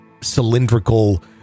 cylindrical